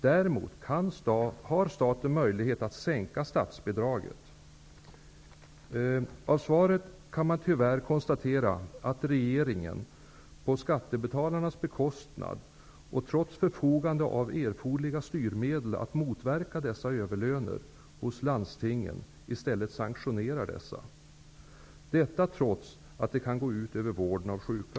Däremot har staten möjlighet att sänka statsbidraget. Av svaret kan man tyvärr utläsa att regeringen, på skattebetalarnas bekostnad och trots att den förfogar över erforderliga styrmedel att motverka dessa överlöner i landstingen, i stället sanktionerar dessa -- detta trots att det kan gå ut över vården av sjuka.